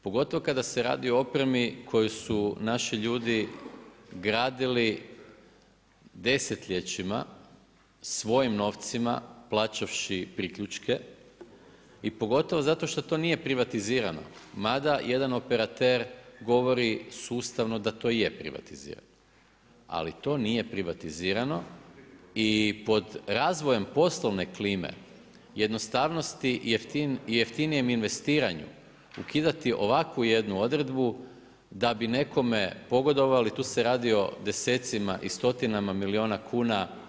Pogotovo kada se radi o opremi koju su naši ljudi gradili desetljećima svojim novcima plaćavši priključke i pogotovo zato šta to nije privatizirano, mada jedan operater govori sustavno da to je privatizirano, ali to nije privatizirano i pod razvojem poslovne klime jednostavnosti, jeftinijem investiranju, ukidati ovakvu jednu odredbu da bi nekome pogodovali, tu se radi o desecima i stotinama milijuna kuna.